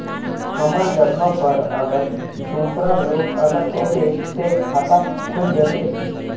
हमर जगह पर अगर दूसरा लोग अगर ऐते ते खाता खुल जते?